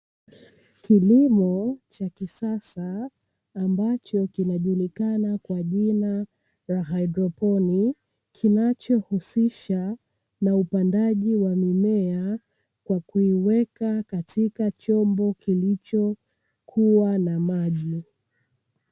Kilimo cha kisasa ambacho kinajulikana kwa jina la haidroponi kinachohusisha na upandaji wa mimea kwa kuiweka katika chombo kilichokuwa na maji.